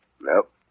Nope